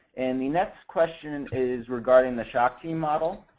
and the next question and is regarding the shakti model.